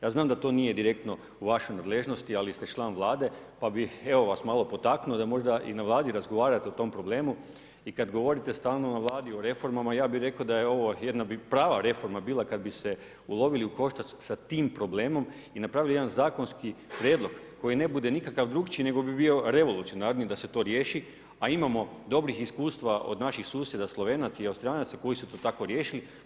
Ja znam da to nije direktno u vašoj nadležnosti, ali ste član Vlade pa bih vas malo potaknuo da možda i na Vladi razgovarati o tom problemu i kada govorite stalno na Vladi o reformama ja bih rekao da je ovo jedna prava reforma bila kada bi se ulovili u koštac sa tim problemom i napravili jedan zakonski prijedlog koji ne bude nikakav drukčiji nego bi bio revolucionarni da se to riješi, a imamo dobrih iskustava od naših susjeda Slovenaca i Austrijanaca koji su to tako riješili.